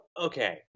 Okay